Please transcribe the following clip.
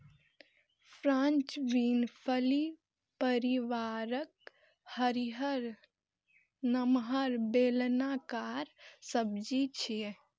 French bean फली परिवारक हरियर, नमहर, बेलनाकार सब्जी छियै